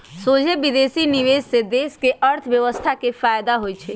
सोझे विदेशी निवेश से देश के अर्थव्यवस्था के फयदा होइ छइ